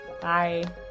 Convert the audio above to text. bye